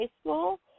school